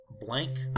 blank